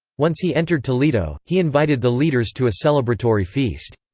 once he entered toledo, he invited the leaders to a celebratory feast.